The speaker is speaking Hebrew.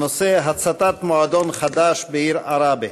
הנושא: הצתת מועדון חד"ש בעיר עראבה.